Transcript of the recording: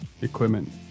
equipment